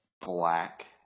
black